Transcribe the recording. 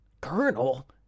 Colonel